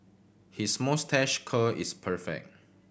his moustache curl is perfect